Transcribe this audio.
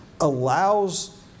allows